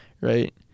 right